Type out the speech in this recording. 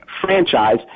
franchise